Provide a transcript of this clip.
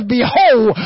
Behold